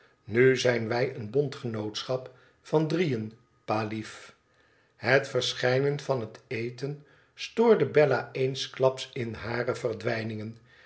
nu zijn wij een bondgenootschap van drieën pa lief het verschijnen van het eten stoorde bella eensklaps in hare verdwijningen